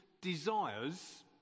desires